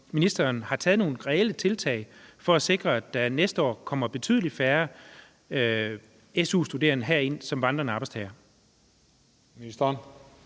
ministeren har gjort nogle reelle tiltag for at sikre, at der næste år kommer betydelig færre SU-studerende hertil som vandrende arbejdstagere.